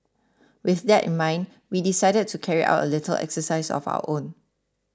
with that in mind we decided to carry out a little exercise of our own